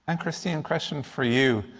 and question question for you.